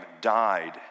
died